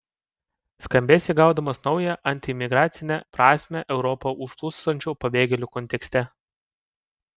skambės įgaudamas naują antiimigracinę prasmę europą užplūstančių pabėgėlių kontekste